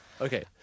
Okay